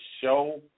show